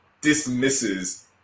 dismisses